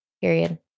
Period